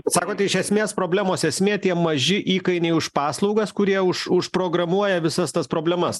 sakote iš esmės problemos esmė tie maži įkainiai už paslaugas kurie už užprogramuoja visas tas problemas